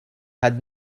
had